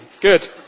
Good